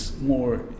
more